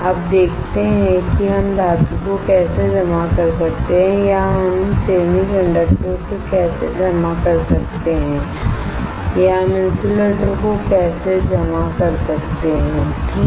अब देखते हैं कि हम धातु को कैसे जमा कर सकते हैं या हम सेमीकंडक्टर को कैसे जमा कर सकते हैं या हम इन्सुलेटर को कैसे जमा कर सकते हैंठीक